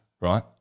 right